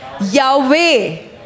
Yahweh